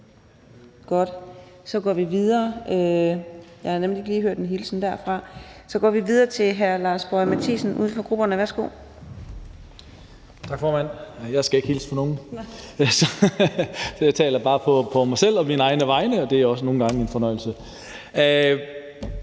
så går vi videre til hr. Lars Boje Mathiesen,